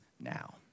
now